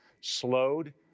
slowed